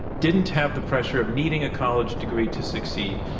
didn't have the pressure of needing a college degree to succeed?